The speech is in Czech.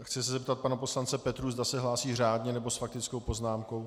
Chci se zeptat pana poslance Petrů, zda se hlásí řádně, nebo s faktickou poznámkou.